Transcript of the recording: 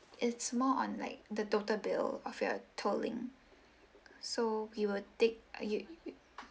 it's more on like the total bill of your tolling so we will take uh you